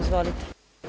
Izvolite.